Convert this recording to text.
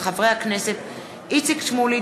של חברי הכנסת איציק שמולי,